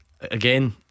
again